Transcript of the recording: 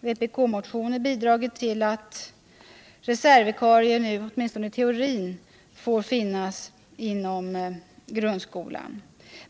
vpk-motioner bidragit till att reservvikarier nu åtminstone i teorin får finnas inom grundskolan.